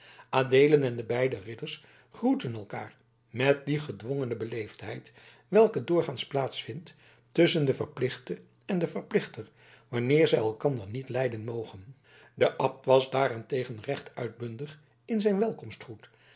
adeelen en de beide ridders groetten elkaar met die gedwongene beleefdheid welke doorgaans plaats vindt tusschen den verplichte en den verplichter wanneer zij elkander niet lijden mogen de abt was daarentegen recht uitbundig in zijn welkomstgroet